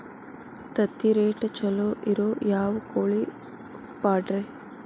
ತತ್ತಿರೇಟ್ ಛಲೋ ಇರೋ ಯಾವ್ ಕೋಳಿ ಪಾಡ್ರೇ?